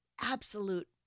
absolute